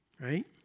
right